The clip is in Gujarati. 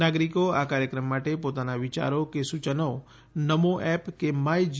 નાગરિકો આ કાર્યક્રમ માટે પોતાના વિચારો સૂચનો નમો એપકે માય જી